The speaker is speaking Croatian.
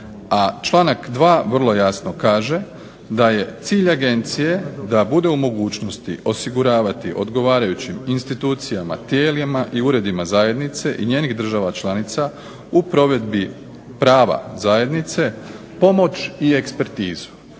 članak 2. vrlo jasno kaže da je cilj agencije da bude u mogućnosti osiguravati odgovarajućim institucijama, tijelima i uredima zajednice i njenih država članica u provedbi prava zajednice, pomoć i ekspertizu.